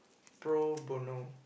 pro bono